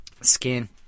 skin